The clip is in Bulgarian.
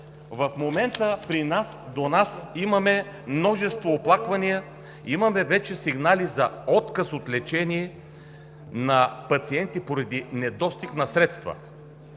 в момента до нас има множество оплаквания, имаме вече сигнали за отказ от лечение на пациенти поради недостиг на средства.